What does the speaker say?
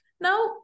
now